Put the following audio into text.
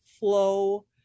flow